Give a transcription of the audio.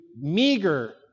meager